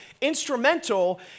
instrumental